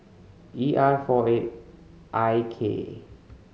E R four eight I K